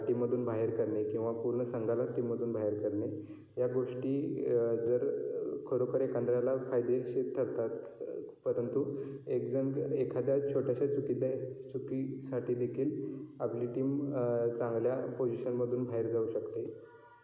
टीममधून बाहेर करणे किंवा पूर्ण संघालाच टीममधून बाहेर करणे या गोष्टी जर खरोखर एखाद्याला फायदेशीर ठरतात परंतु एक जण एखाद्या छोट्याशा चुकीच्या चुकीसाठी देखील आपली टीम चांगल्या पोझिशनमधून बाहेर जाऊ शकते